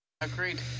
Agreed